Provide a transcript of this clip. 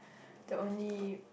the only